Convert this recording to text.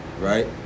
Right